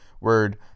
word